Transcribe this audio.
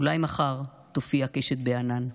// אולי מחר תופיע קשת בענן".